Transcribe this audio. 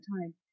time